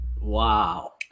Wow